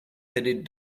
headed